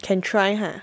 can try ha